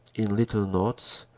in little knots,